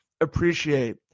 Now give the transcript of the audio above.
appreciate